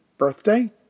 Birthday